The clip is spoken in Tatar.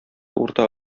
урта